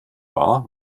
war